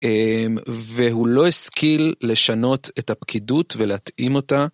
והוא לא השכיל לשנות את הפקידות ולהתאים אותה.